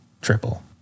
triple